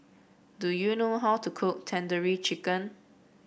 do you know how to cook Tandoori Chicken